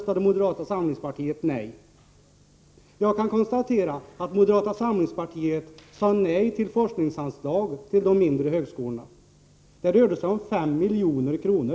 Jag kan också konstatera att moderata samlingspartiet sade nej till forskningsanslag till de mindre högskolorna. Det rörde sig om 5 milj.kr.